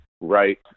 right